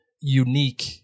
unique